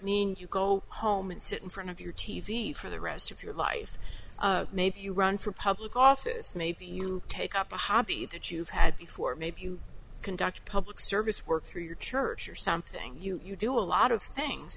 mean you go home and sit in front of your t v for the rest of your life maybe you run for public office maybe you take up a hobby that you've had before maybe you conduct a public service work through your church or something you do a lot of things